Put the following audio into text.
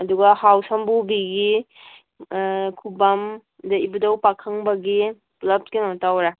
ꯑꯗꯨꯒ ꯍꯥꯎ ꯁꯝꯕꯨꯕꯤꯒꯤ ꯈꯨꯕꯝ ꯑꯗꯩ ꯏꯕꯨꯙꯧ ꯄꯥꯈꯪꯕꯒꯤ ꯄꯨꯂꯞ ꯀꯩꯅꯣ ꯇꯧꯔꯦ